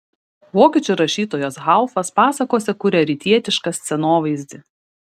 vokiečių rašytojas haufas pasakose kuria rytietišką scenovaizdį